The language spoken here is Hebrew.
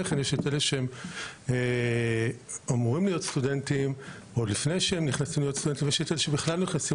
שהם מתחילים ללמוד כסטודנטים ויש את אלו שנכנסים